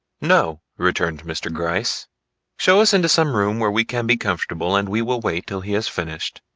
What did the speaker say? no, returned mr. gryce show us into some room where we can be comfortable and we will wait till he has finished.